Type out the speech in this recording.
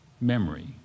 memory